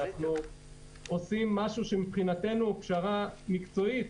אנחנו עושים משהו שהוא מבחינתנו פשרה מקצועית,